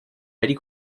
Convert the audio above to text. many